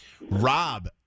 Rob